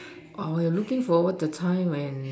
oh I'll looking forward the time when